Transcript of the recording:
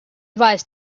advise